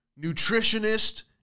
nutritionist